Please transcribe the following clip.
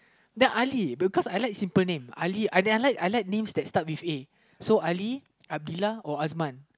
then Ali because I like simple names Ali and then I like I like names that start with A so Ali Abdillah or Asman